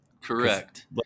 Correct